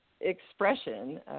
expression